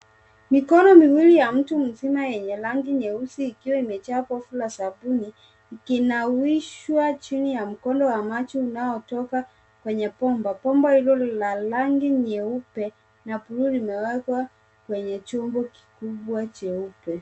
Mikono miwili ya mtu mzima yenye rangi nyeusi ikiwa imejaa povu la sabuni, ikiinawishwa chini ya mkondo wa maji unaotoka kwenye bomba. Bomba hilo ni la rangi nyeupe na pluri imewekwa kwenye chombo kikubwa cheupe.